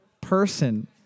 person